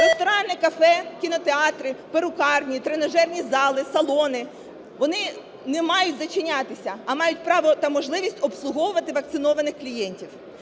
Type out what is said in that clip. Ресторани, кафе, кінотеатри, перукарні, тренажерні зали, салони, вони не мають зачинятися, а мають право та можливість обслуговувати вакцинованих клієнтів.